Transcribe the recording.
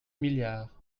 milliards